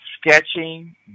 sketching